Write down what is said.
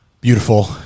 beautiful